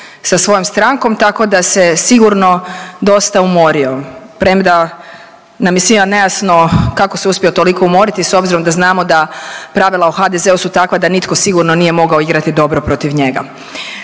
sa svojom strankom, tako da se sigurno dosta umorio. Premda nam je svima nejasno kako se uspio toliko umoriti s obzirom da znamo da pravila o HDZ-u su takva da nitko sigurno nije mogao igrati dobro protiv njega.